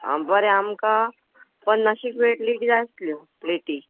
आं बरें आमकां पन्नाशेक प्लेटी जाय आसल्यो प्लेटी